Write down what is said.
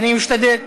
אני משתדל.